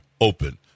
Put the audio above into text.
open